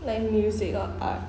like music or art